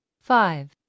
five